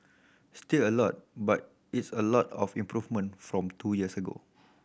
still a lot but it's a lot of improvement from two years ago